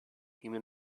human